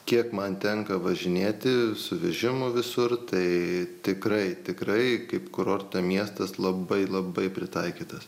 kiek man tenka važinėti su vežimu visur tai tikrai tikrai kaip kurorto miestas labai labai pritaikytas